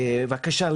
בבקשה,